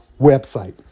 website